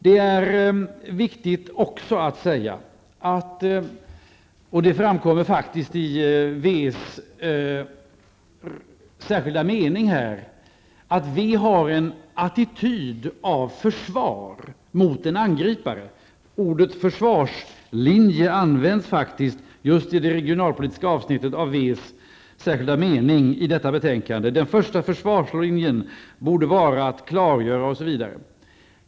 Det är också viktigt att framhålla, och det framkommer också i vänsterpartiets meningsyttring, att vi har en attityd av försvar mot en angripare. Ordet försvarslinje används faktiskt i en mening i vänsterpartiets särskilda avsnitt om regionalpolitik. Det står nämligen i betänkandet att ''den första försvarslinjen borde vara att klargöra --.''